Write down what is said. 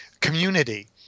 community